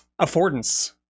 affordance